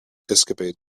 escaped